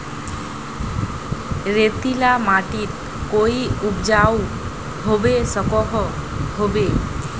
रेतीला माटित कोई उपजाऊ होबे सकोहो होबे?